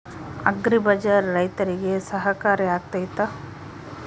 Agri bazaar ರೈತರಿಗೆ ಸಹಕಾರಿ ಆಗ್ತೈತಾ?